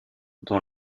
dans